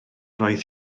roedd